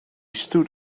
stood